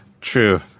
True